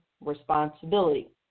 responsibility